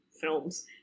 films